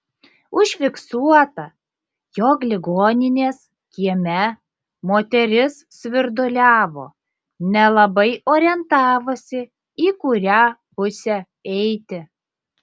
užfiksuota jog ligoninės kieme moteris svirduliavo nelabai orientavosi į kurią pusę eiti